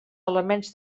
elements